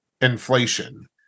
inflation